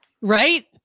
right